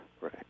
Right